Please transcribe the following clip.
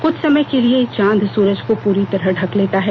कुछ समय के लिए चांद सूरज को पूरी तरह ढक लेता है